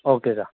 okay sir